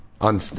on